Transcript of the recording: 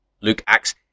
Luke-Acts